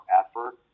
effort